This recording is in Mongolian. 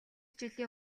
жилийн